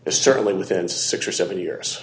is certainly within six or seven years